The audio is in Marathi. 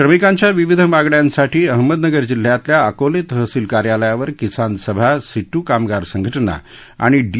श्रमिकांच्या विविध मागण्यांसाठी अहमदनगर जिल्ह्यातल्या अकोले तहसील कार्यालयावर किसान सभा सिटू कामगार संघटना आणि डी